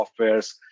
softwares